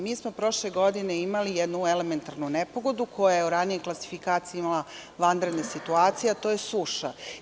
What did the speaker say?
Mi smo prošle godine imali jednu elementarnu nepogodu koja je u ranijoj klasifikaciji imala vanredne situacije, a to je suša.